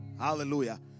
Hallelujah